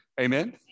Amen